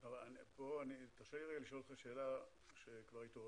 תרשה לי לשאול שאלה על הפער